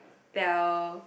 tell